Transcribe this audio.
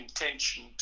intention